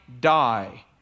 die